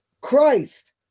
Christ